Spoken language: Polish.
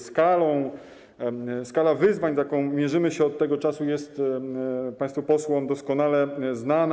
Skala wyzwań, z jaką mierzymy się od tego czasu, jest państwu posłom doskonale znana.